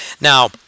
Now